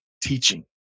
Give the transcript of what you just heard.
teaching